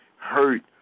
hurt